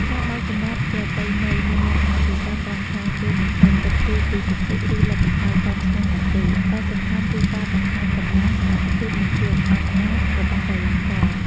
ការបោកចំបាប់ប្រពៃណីមានលក្ខណៈពិសេសត្រង់ថា គេមិនសូវគិតគូរពីពិន្ទុ ឬលទ្ធផលចាញ់ឈ្នះនោះទេ តែសំខាន់គឺការបង្ហាញកម្លាំង សមត្ថភាព និងភាពអង់អាចរបស់កីឡាករ។